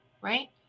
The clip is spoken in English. right